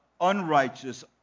unrighteous